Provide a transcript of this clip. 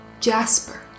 Jasper